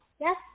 Yes